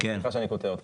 סליחה שאני קוטע אותך.